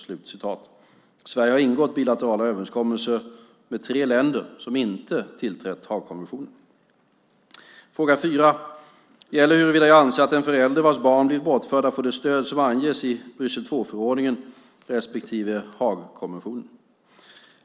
Sverige har ingått bilaterala överenskommelser med tre länder som inte tillträtt Haagkonventionen. Fråga fyra gäller huruvida jag anser att föräldrar vilkas barn blivit bortförda får det stöd som anges i Bryssel II-förordningen respektive Haagkonventionen.